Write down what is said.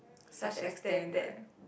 such extent that